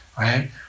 right